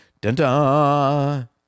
dun-dun